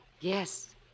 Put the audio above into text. Yes